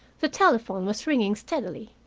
the telephone was ringing steadily.